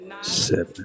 Seven